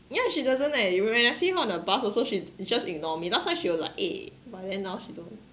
yeah she doesn't like when I see her on the bus also she just ignore me last time she will like eh but now she don't